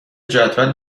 جدول